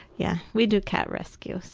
yeah. we do cat rescue,